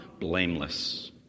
blameless